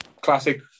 classic